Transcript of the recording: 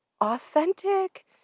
authentic